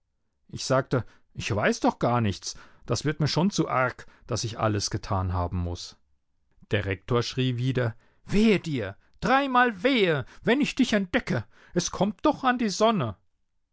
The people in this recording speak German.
ich sagte ich weiß doch gar nichts das wird mir schon zu arg daß ich alles getan haben muß der rektor schrie wieder wehe dir dreimal wehe wenn ich dich entdecke es kommt doch an die sonne